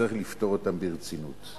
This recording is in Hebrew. וצריך לפתור אותם ברצינות.